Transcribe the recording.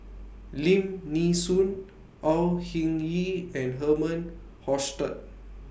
Lim Nee Soon Au Hing Yee and Herman Hochstadt